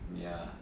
ya